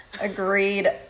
Agreed